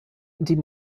die